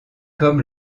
comme